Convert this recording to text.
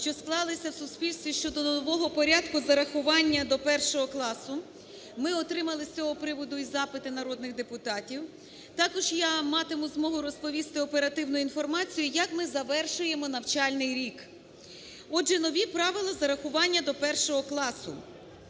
що склалися в суспільстві щодо нового порядку зарахування до 1-го класу. Ми отримали з цього приводу і запити народних депутатів. Також я матиму змогу розповісти оперативну інформацію, як ми завершуємо навчальний рік. Отже, нові правила зарахування до 1-го класу.